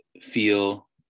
feel